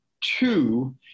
Two